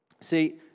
See